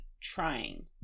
trying